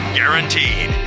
guaranteed